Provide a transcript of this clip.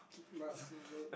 kid mart